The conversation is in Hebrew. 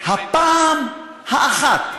הפעם האחת,